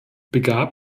begab